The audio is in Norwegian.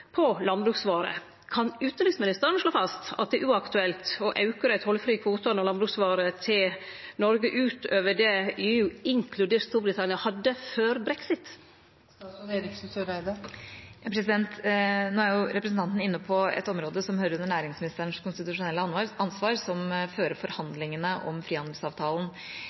på landbruksvarer. Kan utanriksministeren slå fast at det er uaktuelt å auke dei tollfrie kvotane for landbruksvarer til Noreg utover det EU inkludert Storbritannia hadde før brexit? Nå er representanten inne på et område som hører under næringsministerens konstitusjonelle ansvar, det er hun som fører forhandlingene om frihandelsavtalen.